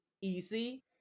easy